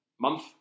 Month